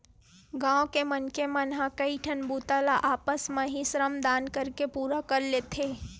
गाँव के मनखे मन ह कइठन बूता ल आपस म ही श्रम दान करके पूरा कर लेथे